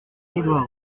édouard